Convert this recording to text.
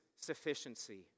sufficiency